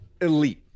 Elite